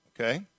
Okay